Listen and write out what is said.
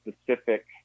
specific